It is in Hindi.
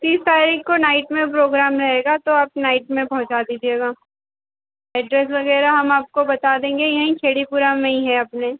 तीस तारीख़ को नाइट में प्रोग्राम रहेगा तो आप नाइट में पहुँचा दीजिएगा एड्रेस वग़ैरह हम आपको बता देंगे यहीं खेड़ीपुरा में ही हैं अपने